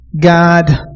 God